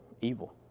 evil